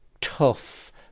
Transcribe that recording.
tough